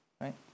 right